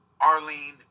Arlene